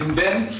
um then,